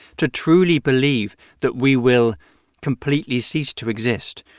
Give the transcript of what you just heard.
to truly believe that we will completely cease to exist.